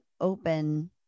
open